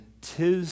tis